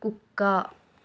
కుక్క